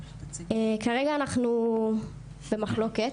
כרגע אנחנו במחלוקת